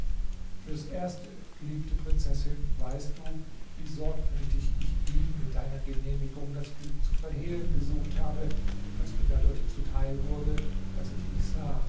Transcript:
fürs erste geliebte prinzessin weißt du wie sorgfältig ich ihm mit deiner genehmigung das glück zu verhehlen gesucht habe das mir dadurch zuteil wurde daß ich dich sah